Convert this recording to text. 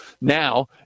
now